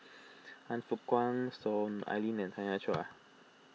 Han Fook Kwang Soon Ai Ling and Tanya Chua